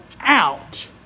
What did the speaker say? out